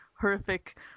horrific